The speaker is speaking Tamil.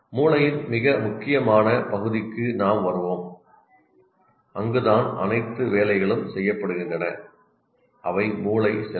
மூளையின் மிக முக்கியமான பகுதிக்கு நாம் வருவோம் அங்குதான் அனைத்து வேலைகளும் செய்யப்படுகின்றன அவை மூளை செல்கள்